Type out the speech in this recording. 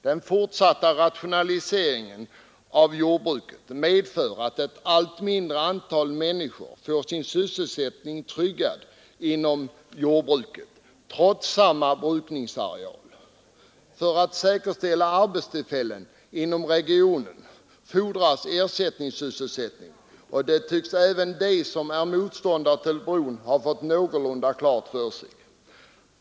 Den fortsatta rationaliseringen av jordbruket medför att ett allt mindre antal människor får sin sysselsättning tryggad inom jordbruket trots samma brukningsareal. För att säkerställa arbetstillfällen inom regionen fordras ersättningssysselsättning, och det tycks även de som är motståndare till bron ha fått någorlunda klart för sig.